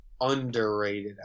underrated